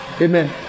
Amen